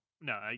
no